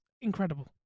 Incredible